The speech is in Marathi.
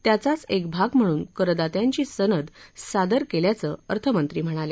त्याचाच एक भाग म्हणून करदात्यांची सनद सादर केल्याचे अर्थमंत्री म्हणाल्या